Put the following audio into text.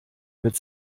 mit